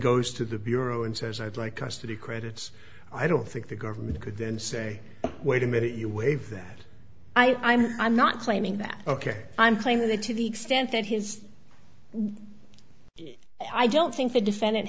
goes to the bureau and says i'd like custody credits i don't think the government could then say wait a minute you waive that i'm not claiming that ok i'm claiming that to the extent that his i don't think the defendant